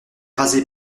rasé